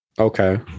Okay